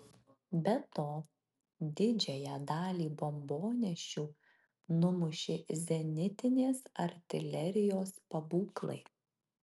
be to didžiąją dalį bombonešių numušė zenitinės artilerijos pabūklai